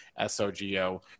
SOGO